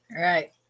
Right